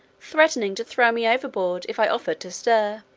threatening to throw me overboard, if i offered to stir.